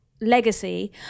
legacy